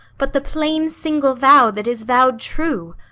but the plain single vow that is vow'd true.